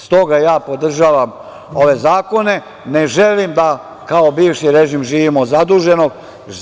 Stoga ja podržavam ove zakone, ne želim da kao bivši režim živimo zaduženo.